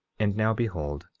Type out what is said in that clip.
and now behold,